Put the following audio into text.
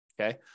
okay